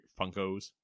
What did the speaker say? Funkos